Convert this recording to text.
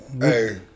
Hey